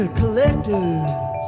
collectors